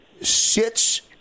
sits